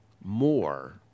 more